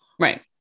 right